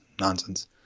nonsense